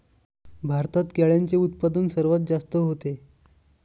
भारतात केळ्यांचे उत्पादन सर्वात जास्त होते